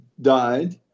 died